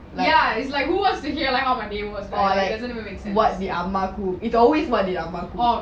or like what did our mum cook it's always what did our mum cook